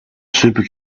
super